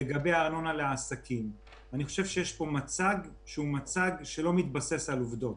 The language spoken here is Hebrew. לגבי הארנונה לעסקים: אני חושב שיש פה מצג שלא מתבסס על עובדות.